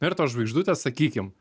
na ir tos žvaigždutės sakykim